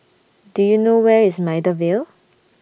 Do YOU know Where IS Maida Vale